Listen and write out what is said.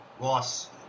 Loss